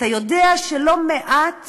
אתה יודע שלא מעט